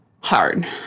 hard